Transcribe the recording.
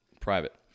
private